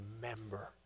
remember